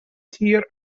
tír